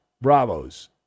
Bravos